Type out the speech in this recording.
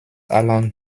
alan